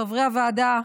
חברי הוועדה,